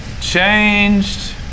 changed